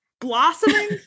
blossoming